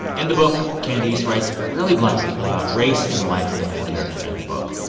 in the book, candice writes really bluntly about race and the life of the main character in her book.